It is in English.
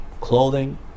Clothing